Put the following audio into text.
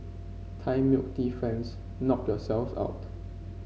Thai milk tea fans knock yourselves out